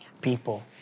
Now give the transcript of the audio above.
people